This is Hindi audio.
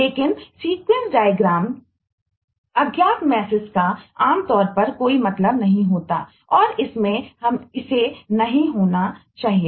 लेकिन यहां पर लॉस्ट मैसेज का आमतौर पर कोई मतलब नहीं होता है और इसमें इसे नहीं होना चाहिए